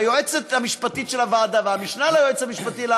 והיועצת המשפטית של הוועדה והמשנה ליועץ המשפטי של